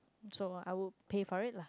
so I will pay for it lah